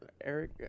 Eric